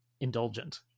indulgent